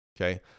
okay